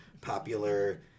popular